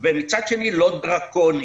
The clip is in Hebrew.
ומצד שני לא דרקוני.